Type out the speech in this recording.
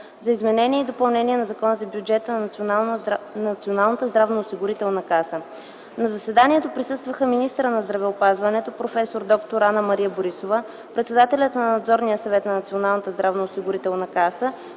за изменение и допълнение на Закона за бюджета на Националната здравноосигурителна каса. На заседанието присъстваха министърът на здравеопазването проф. д-р Анна-Мария Борисова, председателят на Надзорния съвет на Националната здравноосигурителна каса,